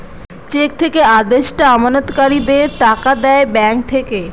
check থেকে আদেষ্টা আমানতকারীদের টাকা দেয় ব্যাঙ্ক থেকে